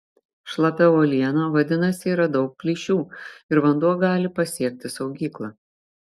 šlapia uoliena vadinasi yra daug plyšių ir vanduo gali pasiekti saugyklą